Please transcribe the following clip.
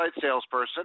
salesperson